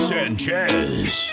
Sanchez